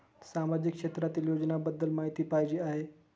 सामाजिक क्षेत्रातील योजनाबद्दल माहिती पाहिजे आहे?